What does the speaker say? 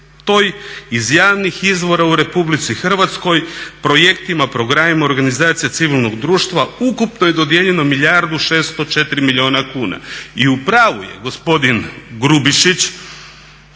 2013.iz javnih izvora u RH projektima, programima u organizaciji civilnog društva ukupno je dodijeljeno 1 milijardu 604 milijuna kuna. I u pravu je gospodin Grubišić,